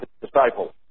disciples